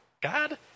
God